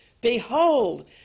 Behold